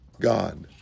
God